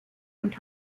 und